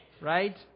right